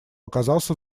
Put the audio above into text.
оказался